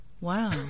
Wow